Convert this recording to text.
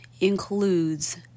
includes